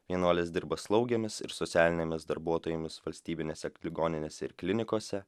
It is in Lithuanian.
vienuolės dirba slaugėmis ir socialinėmis darbuotojomis valstybinėse ligoninėse ir klinikose